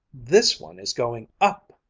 this one is going up,